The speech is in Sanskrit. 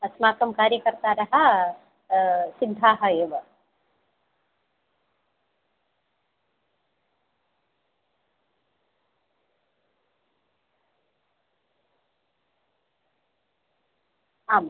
अस्माकं कार्यकर्तारः सिद्धाः एव आम्